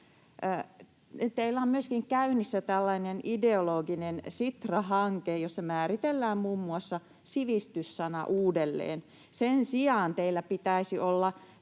Teillä on myöskin käynnissä tällainen ideologinen Sitra-hanke, jossa muun muassa määritellään sivistys-sana uudelleen. Sen sijaan teillä pitäisi olla